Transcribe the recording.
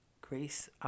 Grace